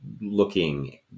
looking